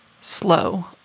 slow